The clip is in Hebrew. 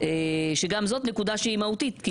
שגם זאת נקודה שהיא מהותית.